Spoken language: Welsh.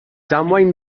damwain